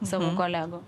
savo kolegų